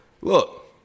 look